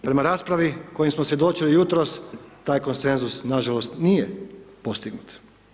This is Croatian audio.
Prema raspravi kojoj smo svjedočili jutros taj konsenzus na žalost nije postignut.